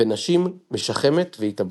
ונשים משחמת והתאבדות.